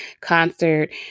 concert